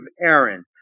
Aaron